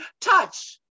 touch